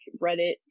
Reddit